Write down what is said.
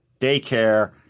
daycare